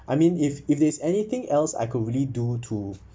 I mean if if there's anything else I could really do to